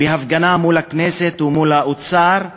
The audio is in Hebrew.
בהפגנה מול הכנסת ומול האוצר כמחאה,